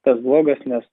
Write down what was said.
tas blogas nes